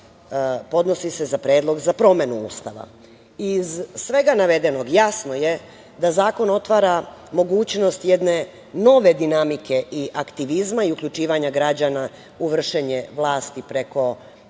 podnosi se za predlog za promenu Ustava. Iz svega navedenog, jasno je da zakon otvara mogućnost jedne nove dinamike i aktivizma i uključivanja građana u vršenje vlasti preko